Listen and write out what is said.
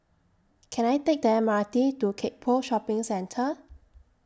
Can I Take The M R T to Gek Poh Shopping Centre